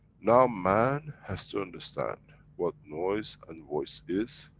now man has to understand what noise and voice is,